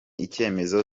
icyemezo